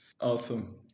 Awesome